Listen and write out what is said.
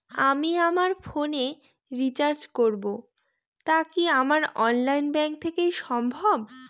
আমি আমার ফোন এ রিচার্জ করব টা কি আমার অনলাইন ব্যাংক থেকেই সম্ভব?